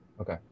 okay